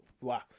Wow